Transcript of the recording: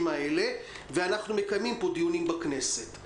האלה ואנחנו מקיימים פה דיונים בכנסת.